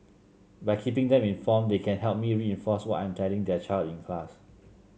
by keeping them informed they can help me reinforce what I'm telling their child in class